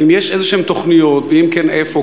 האם יש איזשהן תוכניות, ואם כן איפה?